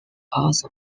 also